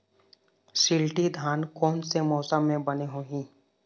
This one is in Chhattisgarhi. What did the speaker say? शिल्टी धान कोन से मौसम मे बने होही?